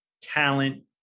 Talent